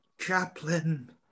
Chaplain